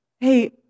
Hey